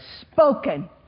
spoken